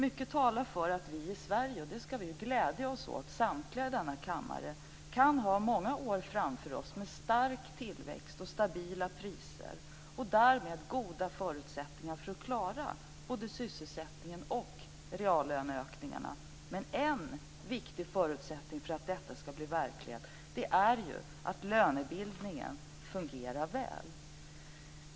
Mycket talar för att vi i Sverige kan ha många år framför oss med stark tillväxt och stabila priser och därmed goda förutsättningar för att klara sysselsättningen och reallöneökningarna, och det ska vi glädja oss åt samtliga i denna kammare. Men en viktig förutsättning för att detta ska bli verklighet är att lönebildningen fungerar väl.